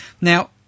Now